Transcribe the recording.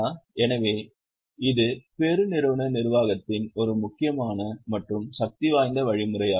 எனவே இது பெருநிறுவன நிர்வாகத்தின் ஒரு முக்கியமான மற்றும் சக்திவாய்ந்த வழிமுறையாகும்